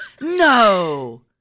No